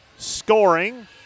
Scoring